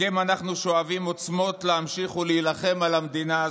מכם אנחנו שואבים עוצמות להמשיך ולהילחם על המדינה הזאת,